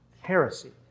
heresy